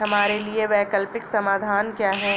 हमारे लिए वैकल्पिक समाधान क्या है?